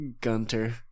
Gunter